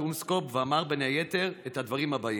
אונסקו"פ ואמר בין היתר את הדברים האלה: